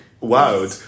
wow